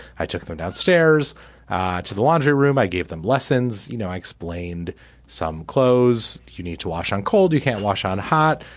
i took them downstairs to the laundry room i gave them lessons. you know i explained some clothes you need to wash on cold you can't wash on hot.